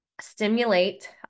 stimulate